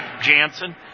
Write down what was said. Jansen